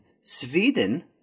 Sweden